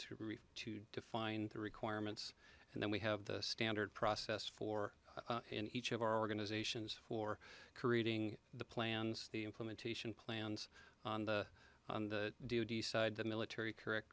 l to define the requirements and then we have the standard process for in each of our organizations for creating the plans the implementation plans on the on the do d side the military correct